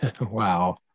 Wow